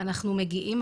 אנחנו מגיעים,